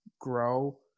grow